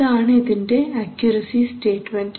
ഇതാണ് ഇതിൻറെ accuracy statement